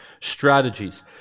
strategies